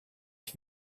ich